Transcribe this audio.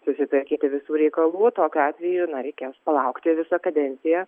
susitvarkyti visų reikalų tokiu atveju na reikės palaukti visą kadenciją